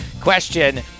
question